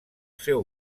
seu